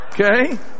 Okay